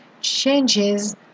changes